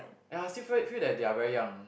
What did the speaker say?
ya still feel feel that they are very young